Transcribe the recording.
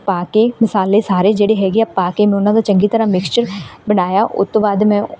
ਪਾ ਕੇ ਮਸਾਲੇ ਸਾਰੇ ਜਿਹੜੇ ਹੈਗੇ ਆ ਪਾ ਕੇ ਮੈਂ ਉਹਨਾਂ ਤੋਂ ਚੰਗੀ ਤਰ੍ਹਾਂ ਮਿਕਸਚਰ ਬਣਾਇਆ ਉਹ ਤੋਂ ਬਾਅਦ ਮੈਂ